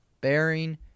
bearing